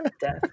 Death